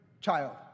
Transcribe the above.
child